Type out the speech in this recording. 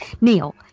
Neil